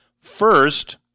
First